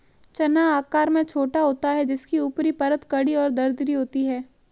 चना आकार में छोटा होता है जिसकी ऊपरी परत कड़ी और दरदरी होती है